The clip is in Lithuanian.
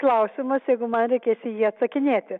klausimas jeigu man reikės į jį atsakinėti